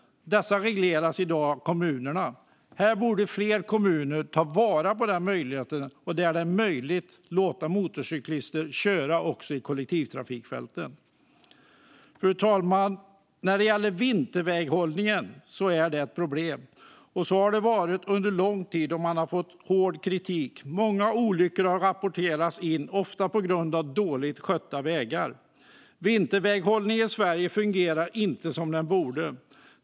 Detta regleras i dag av kommunerna. Fler kommuner borde ta vara på denna möjlighet och där det är möjligt låta motorcyklar köra i kollektivtrafikfälten. Fru talman! Vinterväghållningen är ett problem och har så varit under lång tid. Den har fått hård kritik. Många olyckor har rapporterats in, ofta orsakade av dåligt skötta vägar. Vinterväghållningen i Sverige fungerar inte som den borde.